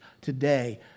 Today